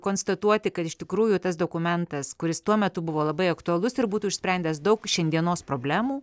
konstatuoti kad iš tikrųjų tas dokumentas kuris tuo metu buvo labai aktualus ir būtų išsprendęs daug šiandienos problemų